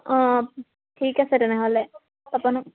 অঁ ঠিক আছে তেনেহ'লে পাপনক